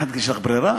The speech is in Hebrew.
את, יש לך ברירה?